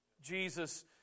Jesus